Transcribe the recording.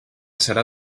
serà